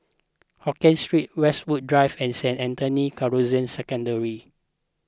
Hokien Street Westwood Drive and Saint Anthony's Canossian Secondary